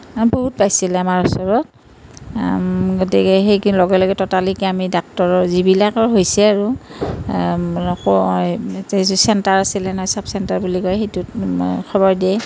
অঁ বহুত পাইছিলে আমাৰ ওচৰত গতিকে সেই কি লগে লগে টতাকিলে আমি ডাক্টৰৰ যিবিলাকৰ হৈছে আৰু চেণ্টাৰ আছিলে নহয় ছাব চেণ্টাৰ বুলি কয় সেইটোত খবৰ দিয়ে